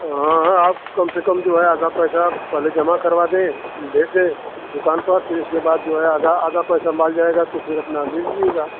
हाँ हाँ आप कम से कम जो है आधा पैसा पहले जमा करवा दें भेज दें दुकान पर फ़िर उसके बाद जो है आधा आधा पैसा माल जाएगा तो फ़िर अपना दे दीजिएगा